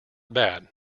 bad